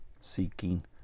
seeking